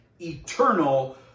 eternal